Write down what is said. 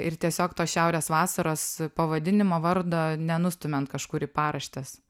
ir tiesiog tos šiaurės vasaros pavadinimo vardo nenustumiant kažkur į paraštes